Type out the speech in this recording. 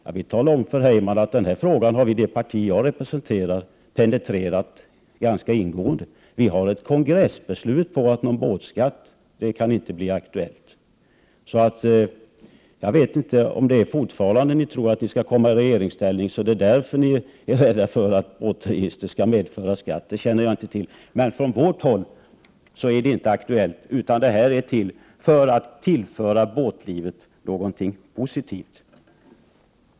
Jag vill tala om för Tom Heyman, att denna fråga har vi i det parti jag representerar penetrerat ganska ingående. Vi har ett kongressbeslut på att en båtskatt inte kan bli aktuell. Jag vet inte om ni fortfarande tror att ni skall komma i regeringsställning så att det är därför ni är rädda för att ett båtregister skall medföra skatt, det känner jag inte till, men från vårt håll är det inte aktuellt. Registret är till för att tillföra båtlivet någonting positivt.